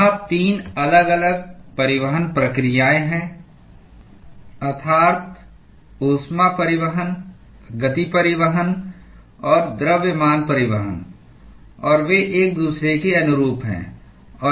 यहां 3 अलग अलग परिवहन प्रक्रियाएं हैं अर्थात् ऊष्मा परिवहन गति परिवहन और द्रव्यमान परिवहन और वे एक दूसरे के अनुरूप हैं